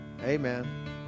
Amen